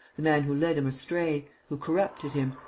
the man who led him astray, who corrupted him,